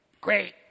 great